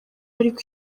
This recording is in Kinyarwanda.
ariko